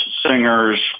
singers